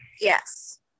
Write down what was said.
yes